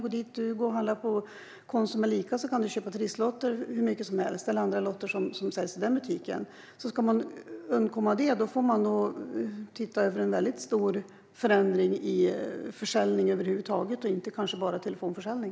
När du går på Konsum eller Ica kan du köpa hur många trisslotter eller andra lotter som helst. Ska man undkomma det krävs det en stor förändring över huvud taget och inte bara när det gäller telefonförsäljning.